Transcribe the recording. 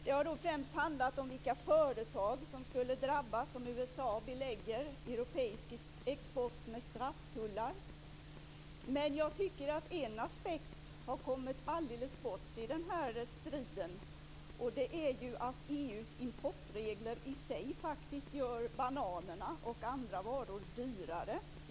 Det har främst handlat om vilka företag som skulle drabbas om USA Jag tycker att en aspekt helt har kommit bort i den här striden, och det är att EU:s importregler i sig gör bananerna och andra varor dyrare.